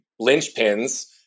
linchpins